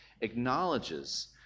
acknowledges